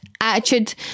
Attitude